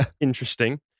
interesting